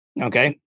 Okay